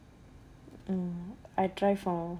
um I try for